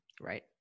right